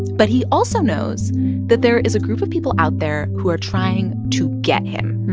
but he also knows that there is a group of people out there who are trying to get him.